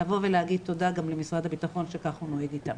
לבוא ולהגיד תודה גם למשרד הבטחון שכך הוא נוהג איתם.